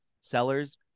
Sellers